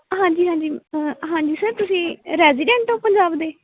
ਹਾਂਜੀ ਹਾਂਜੀ ਹਾਂਜੀ ਸਰ ਤੁਸੀਂ ਰੈਜੀਡੈਂਟ ਹੋ ਪੰਜਾਬ ਦੇ